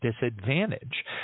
disadvantage